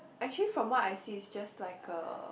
actually from what I see is just like a